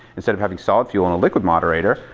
instead of having solid fuel in a liquid moderator,